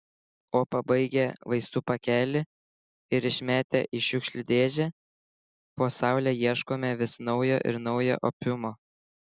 o pabaigę vaistų pakelį ir išmetę į šiukšlių dėžę po saule ieškome vis naujo ir naujo opiumo